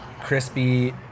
crispy